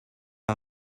pas